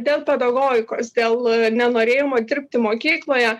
dėl pedagogikos dėl nenorėjimo dirbti mokykloje